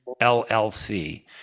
LLC